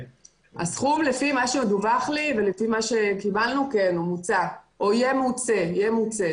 לפי מה שדווח לי, הסכום מוצה או ימוצה.